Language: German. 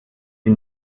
sie